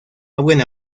abren